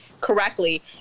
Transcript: correctly